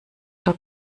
oder